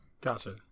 Gotcha